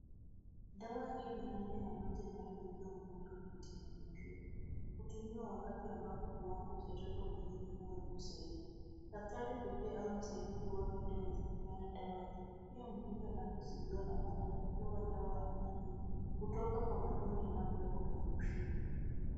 Dawa hii ni aina ya maji yanayodungiwa mgonjwa kupitia kwenye mshipa, hutumiwa wakati ambapo kiwango cha joto mwilini huwa juu zaidi. Daktari pekee au msaidizi wake ndio wenye kupeana dawa hizi pia mgonjwa anapozidiwa na maradhi hupewa dawa aina hii, hutoka kwa matone inapowekwa kwenye mshipa.